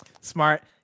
smart